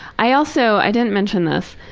i also i didn't mention this.